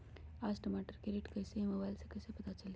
आज टमाटर के रेट कईसे हैं मोबाईल से कईसे पता चली?